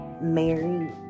Mary